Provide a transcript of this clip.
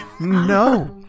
No